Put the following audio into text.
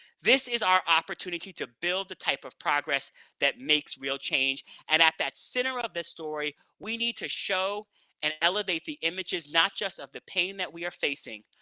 this is our opportunity to build the type of progress that makes real change, and at the center of this story, we need to show and elevate the images not just of the pain that we are facing,